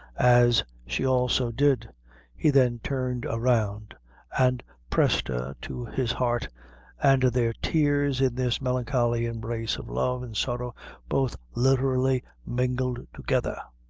as she also did he then turned around and pressed her to his heart and their tears in this melancholy embrace of love and sorrow both literally mingled together.